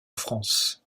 france